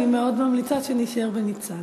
אני מאוד ממליצה שנשאר בניצן.